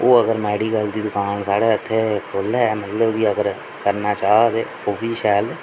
ओह् अगर मैडिकल दी दकान साढ़े इत्थै खोह्ल्लै मतलब कि अगर करना चाह् ते ओह् बी शैल